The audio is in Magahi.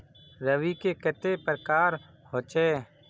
रवि के कते प्रकार होचे?